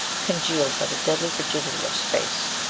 congealed by the deadly frigidity of space.